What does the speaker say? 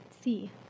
see